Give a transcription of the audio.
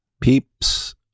Peeps